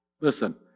Listen